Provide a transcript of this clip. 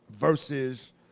versus